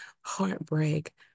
heartbreak